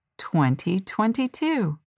2022